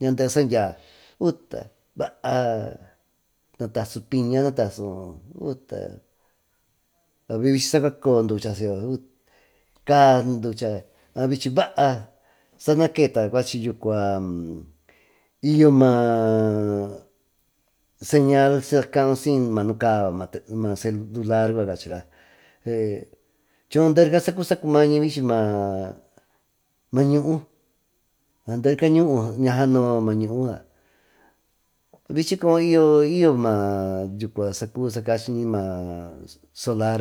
Ñadehe sandyia uta baá nata su piña natasu utale bichi saa cuacoo ducha siyyo saa bichi baa cuana keta cuachi yucua y yo maa señal saa kau syi maa nukaa maa celular cachira choho sacubi saa cumañi vichy maa nuhu ña sandho ma ñuu yucua vichy como y yo yyory ñuu solar